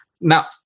Now